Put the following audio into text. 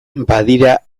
badira